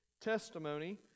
testimony